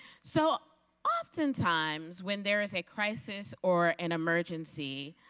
so oftentimes when there is a crisis or an emergency